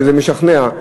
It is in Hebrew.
שזה משכנע,